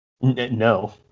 No